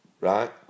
right